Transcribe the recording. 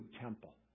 temple